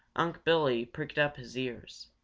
unc' billy pricked up his ears.